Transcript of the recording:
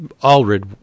alred